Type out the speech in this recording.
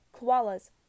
koalas